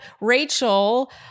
Rachel